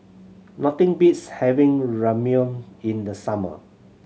nothing beats having Ramyeon in the summer